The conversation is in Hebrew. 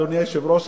אדוני היושב-ראש,